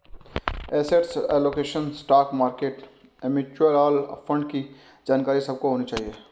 asset allocation, stock market, mutual fund की जानकारी सबको होनी चाहिए